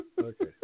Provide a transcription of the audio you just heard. Okay